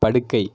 படுக்கை